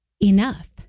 enough